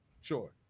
sure